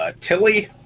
Tilly